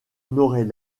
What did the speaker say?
n’aurait